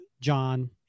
John